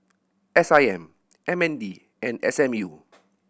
S I M M N D and S M U